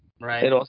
right